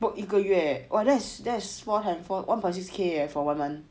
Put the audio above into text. book 一个月 !wah! that's one point four one point six K leh for one month